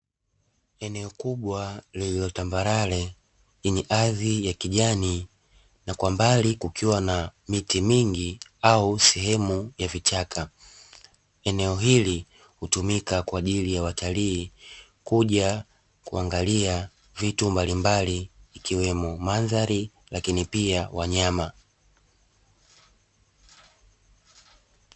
Eneo kubwa lililotambarale lenye hadhi ya kijani na kwa mbali kukiwa na miti mingi, au sehemu ya vichaka eneo hili hutumika kwa ajili ya watalii kuja kuangalia vitu mbalimbali ikiwemo mandhari lakini pia wanyama.